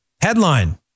headline